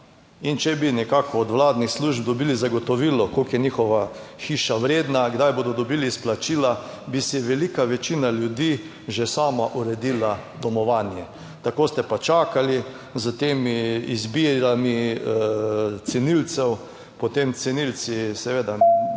In če bi nekako od vladnih služb dobili zagotovilo, koliko je njihova hiša vredna, kdaj bodo dobili izplačila, bi si velika večina ljudi že sama uredila domovanje. Tako ste pa čakali s temi izbirami cenilcev, potem cenilci seveda / znak